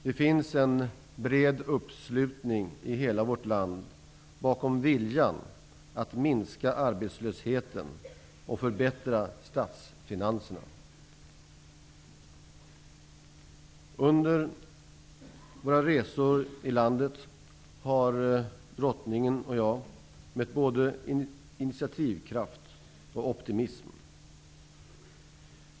Det finns en bred uppslutning i hela vårt land bakom viljan att minska arbetslösheten och förbättra statsfinanserna. Under våra resor i landet har Drottningen och jag mött både initiativkraft och optimism.